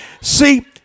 see